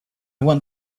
want